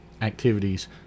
activities